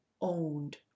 owned